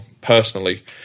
personally